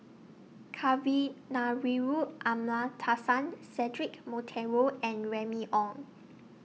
Kavignareru Amallathasan Cedric Monteiro and Remy Ong